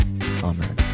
Amen